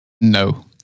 No